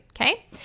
okay